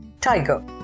tiger